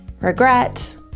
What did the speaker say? regret